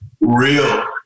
real